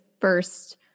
first